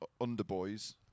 underboys